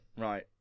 Right